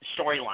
storyline